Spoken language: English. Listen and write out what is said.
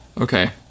Okay